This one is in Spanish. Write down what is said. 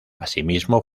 asimismo